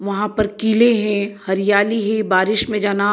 वहाँ पर किले है हरियाली है बारिश में जाना